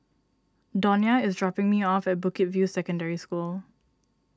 Donia is dropping me off at Bukit View Secondary School